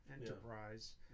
enterprise